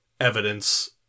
evidence